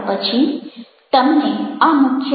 તમે તમારા હોદ્દાની રૂએ મળતી સત્તાનો કેવી રીતે આનંદ માણો છો